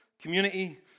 community